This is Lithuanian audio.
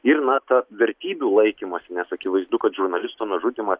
ir nato vertybių laikymosi nes akivaizdu kad žurnalisto nužudymą